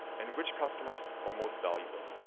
and which customers are most valuable.